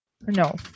No